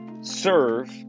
serve